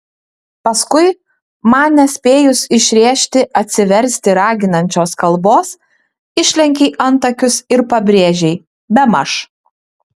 paskui man nespėjus išrėžti atsiversti raginančios kalbos išlenkei antakius ir pabrėžei bemaž